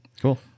Cool